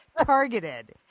targeted